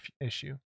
issue